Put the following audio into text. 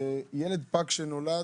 ילד פג שנולד